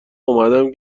اومدم